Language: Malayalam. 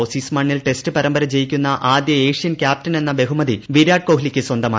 ഓസീസ് മണ്ണിൽ ടെസ്റ്റ് പരമ്പര ജയിക്കുന്ന ആദ്യ ഏഷ്യൻ ക്യാപ്റ്റൻ എന്ന ബഹുമതി വിരാട് കോഹ്ലിക്ക് സ്വന്തമായി